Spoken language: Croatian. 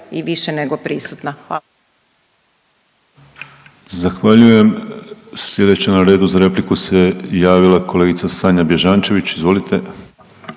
i više nego prisutna. Hvala.